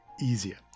easier